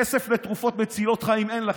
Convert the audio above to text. כסף לתרופות מצילות חיים אין לכם.